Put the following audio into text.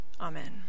Amen